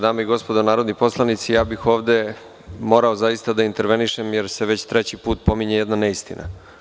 Dame i gospodo narodni poslanici, ovde bih zaista morao da intervenišem jer se već treći put pominje jedna neistina.